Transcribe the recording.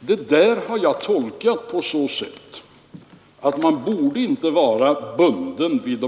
Jag har tolkat utredningens skrivning på så sätt att man inte borde vara absolut bunden vid